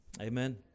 Amen